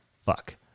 Fuck